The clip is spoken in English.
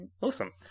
Awesome